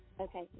Okay